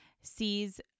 sees